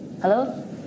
Hello